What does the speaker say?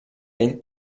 ell